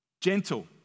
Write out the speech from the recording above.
Gentle